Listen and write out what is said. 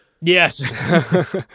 Yes